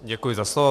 Děkuji za slovo.